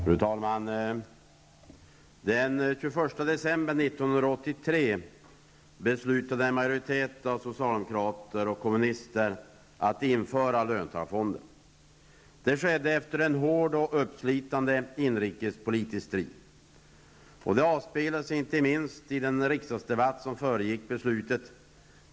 Fru talman! Den 21 december 1983 beslutade en majoritet av socialdemokrater och kommunister att införa löntagarfonder. Det skedde efter en hård och uppslitande inrikespolitisk strid. Det avspeglade sig inte minst i den riksdagsdebatt som föregick beslutet.